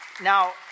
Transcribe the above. Now